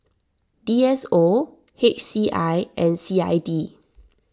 D S O H C I and C I D